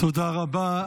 תודה רבה.